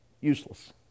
useless